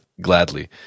gladly